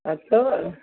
अथव